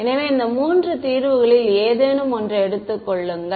எனவே இந்த மூன்று தீர்வுகளில் ஏதேனும் ஒன்றை எடுத்துக் கொள்ளுங்கள்